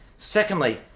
Secondly